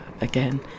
again